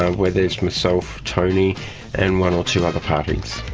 ah where there's myself, tony and one or two other parties.